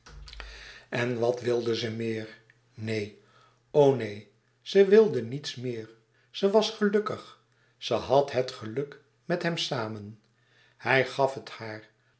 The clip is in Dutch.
en wat wilde ze meer neen o neen ze wilde niets meer ze was gelukkig ze had het geluk met hem samen hij gaf het haar